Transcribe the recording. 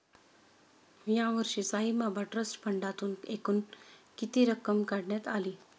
यावर्षी साईबाबा ट्रस्ट फंडातून एकूण किती रक्कम काढण्यात आली?